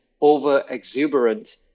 over-exuberant